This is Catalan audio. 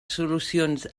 solucions